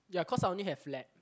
ya cause I only have lab